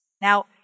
Now